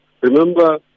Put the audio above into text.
remember